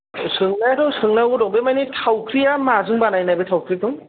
सोंनायाथ' सोंनांगौ दं बे माने थावख्रिया माजों बानायनाय बे थावख्रिखौ